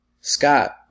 Scott